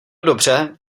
dobře